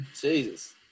Jesus